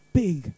big